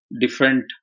different